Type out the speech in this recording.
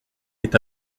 est